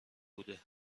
بوده